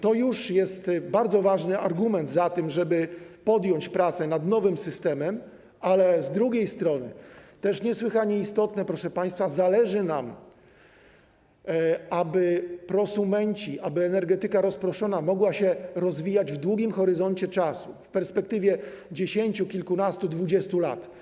To jest bardzo ważny argument za tym, żeby podjąć pracę nad nowym systemem, ale z drugiej strony, co też niesłychane istotne, proszę państwa, zależy nam, aby prosumenci, aby energetyka rozproszona mogła się rozwijać w długim horyzoncie czasowym, w perspektywie dziesięciu, kilkunastu, dwudziestu lat.